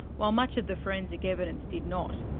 while much of the forensic evidence did not.